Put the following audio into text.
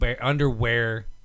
Underwear